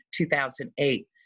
2008